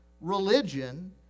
religion